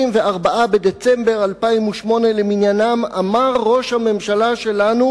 בדצמבר 2008 למניינם אמר ראש הממשלה שלנו,